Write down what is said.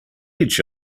each